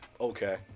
Okay